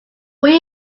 will